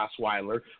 Osweiler